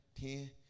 ten